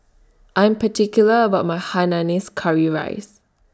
I Am particular about My Hainanese Curry Rice